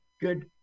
Good